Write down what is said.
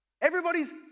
Everybody's